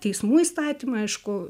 teismų įstatymą aišku